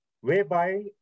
whereby